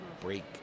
break